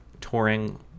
touring